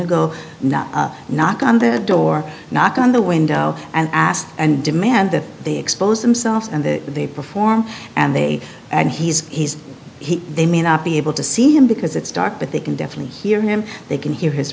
to go knock on their door knock on the window and ask and demand that they expose themselves and the they perform and they and he's he's he they may not be able to see him because it's dark but they can definitely hear him they can hear his